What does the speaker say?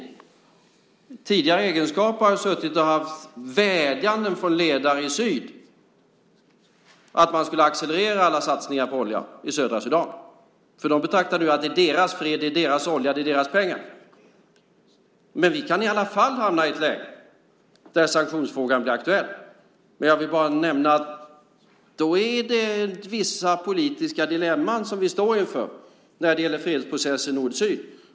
I min tidigare egenskap har jag fått vädjanden från ledare i syd om att man skulle accelerera alla satsningar på olja i södra Sudan. De betraktar det som deras fred, deras olja och deras pengar. Men vi kan i alla fall hamna i ett läge där sanktionsfrågan blir aktuell. Men jag vill bara nämna att vi då står inför vissa politiska dilemman när det gäller fredsprocessen nord-syd.